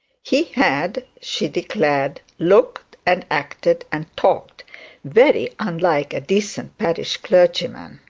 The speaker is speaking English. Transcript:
he had, she declared, looked and acted and talked very unlike a decent parish clergyman.